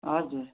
हजुर